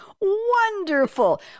Wonderful